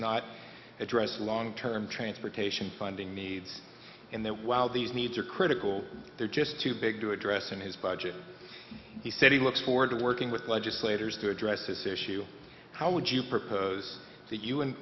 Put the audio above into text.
not address long term transportation funding needs and that while these needs are critical they're just too big to address in his budget he said he looks forward to working with legislators to address this issue how would you propose th